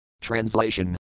Translation